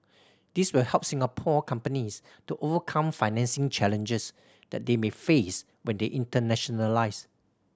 these will help Singapore companies to overcome financing challenges that they may face when they internationalise